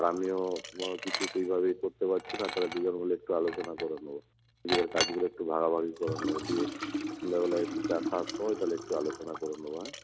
আর আমিও তোমার কিছু সেইভাবে ইয়ে করতে পারছি না তাই দুজন মিলে একটু আলোচনা করে নেব নিজের কাজগুলো একটু ভাগাভাগি করে নেব দিয়ে সন্ধেবেলায় একটু চা খাওয়ার পর তাহলে একটু আলোচনা করে নেব হ্যাঁ